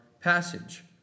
passage